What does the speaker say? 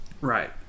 Right